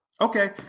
Okay